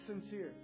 sincere